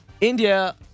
India